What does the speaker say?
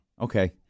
Okay